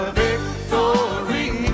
victory